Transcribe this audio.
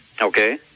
Okay